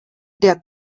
der